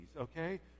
okay